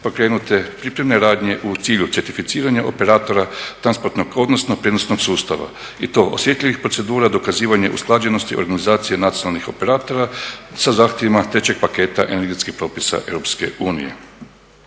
pokrenute pripremne radnje u cilju certificiranja operatora transportnog odnosno prijenosnog sustava i to osjetljivih procedura, dokazivanje usklađenosti organizacije nacionalnih operatora sa zahtjevima trećeg paketa energetskih propisa EU. U ožujku